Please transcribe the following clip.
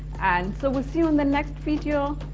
and so we see you on the next video,